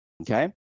okay